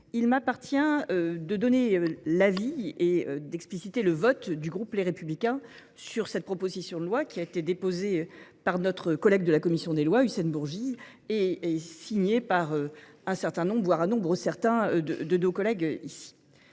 il m’appartient de donner l’avis et d’expliciter le vote du groupe Les Républicains sur cette proposition de loi déposée par notre collègue de la commission des lois, Hussein Bourgi, et signée par un certain nombre, voire un nombre certain, de nos collègues.